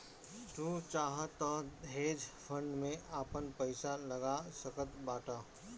तू चाहअ तअ हेज फंड में आपन पईसा लगा सकत बाटअ